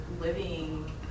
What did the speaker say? living